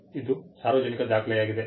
ಇದು ಸಾರ್ವಜನಿಕ ದಾಖಲೆಯಾಗಿದೆ